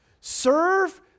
Serve